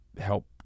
help